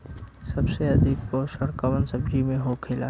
सबसे अधिक पोषण कवन सब्जी में होखेला?